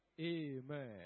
Amen